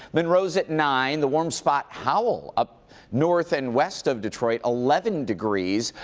monroe so at nine. the warm spot howell up north and west of detroit, eleven degrees.